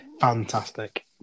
fantastic